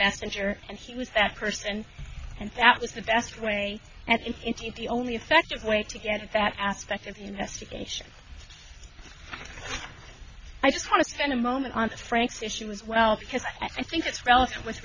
messenger and he was that person and that was the best way and indeed the only effective way to get that aspect of the investigation i just want to spend a moment on frank's issue as well because i think it's relevant with